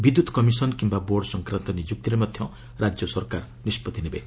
ବିଦ୍ୟୁତ୍ କମିଶନ୍ କିମ୍ବା ବୋର୍ଡ ସଂକ୍ରାନ୍ତ ନିଯୁକ୍ତିରେ ମଧ୍ୟ ରାଜ୍ୟ ସରକାର ନିଷ୍ପଭି ନେବେ